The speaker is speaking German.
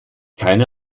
keine